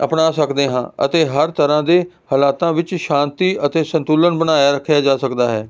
ਅਪਣਾ ਸਕਦੇ ਹਾਂ ਅਤੇ ਹਰ ਤਰ੍ਹਾਂ ਦੇ ਹਾਲਾਤਾਂ ਵਿੱਚ ਸ਼ਾਂਤੀ ਅਤੇ ਸੰਤੁਲਨ ਬਣਾਇਆ ਰੱਖਿਆ ਜਾ ਸਕਦਾ ਹੈ